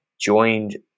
joined